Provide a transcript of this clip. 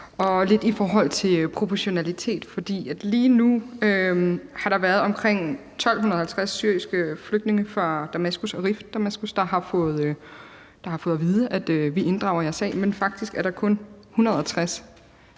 i forhold til proportionalitet, for lige nu er der omkring 1.250 syriske flygtninge fra Damaskus og Rif Damaskus, der har fået at vide, at vi inddrager deres sag. Men faktisk er der kun 160,